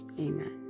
Amen